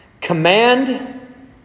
command